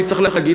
אני צריך להגיד,